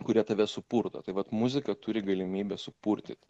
kurie tave supurto tai vat muzika turi galimybę supurtyt